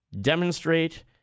demonstrate